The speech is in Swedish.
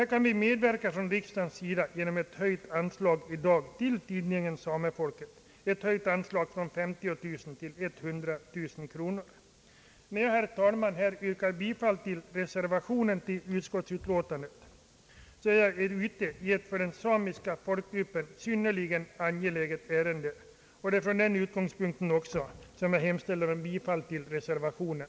Här kan vi från riksdagens sida medverka genom att i dag höja anslaget till tidningen Samefolket från 50 000 till 100 000 kronor. Jag är, herr talman, ute i ett för den samiska folkgruppen synnerligen angeläget ärende när jag med det anförda hemställer om bifall till den här fogade reservationen.